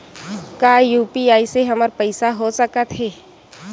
का यू.पी.आई से हमर पईसा हो सकत हे?